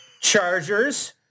Chargers